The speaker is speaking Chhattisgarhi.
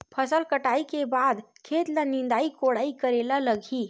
फसल कटाई के बाद खेत ल निंदाई कोडाई करेला लगही?